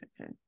okay